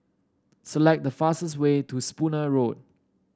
select the fastest way to Spooner Road